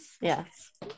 Yes